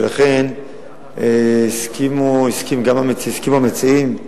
ולכן הסכימו המציעים,